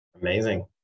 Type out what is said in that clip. Amazing